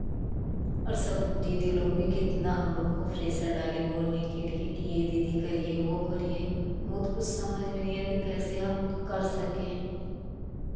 और सब दीदी लोग भी कितना हम लोग को प्रेसर डाली बोलने के लिए कि यह दीदी करिए वह करिए बहुत कुछ समझ में नहीं आ रहा कि कैसे हम कर सकें